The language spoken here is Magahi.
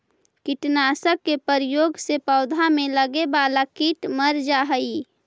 कीटनाशक के प्रयोग से पौधा में लगे वाला कीट मर जा हई